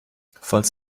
falls